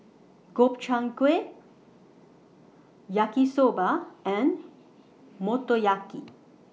Gobchang Gui Yaki Soba and Motoyaki